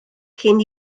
cyn